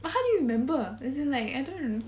but how do you remember as in like I don't remember